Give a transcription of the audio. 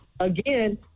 Again